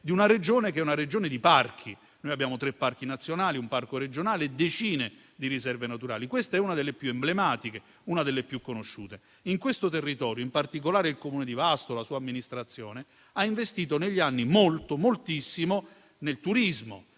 di una Regione che è fatta di parchi: abbiamo tre parchi nazionali, un parco regionale e decine di riserve naturali. Quella che ho citato è una delle più emblematiche, una delle più conosciute. In questo territorio, in particolare il Comune di Vasto e la sua amministrazione hanno investito negli anni moltissimo nel turismo